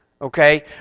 Okay